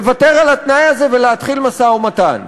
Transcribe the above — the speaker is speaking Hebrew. לוותר על התנאי הזה ולהתחיל משא-ומתן.